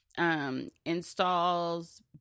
Installs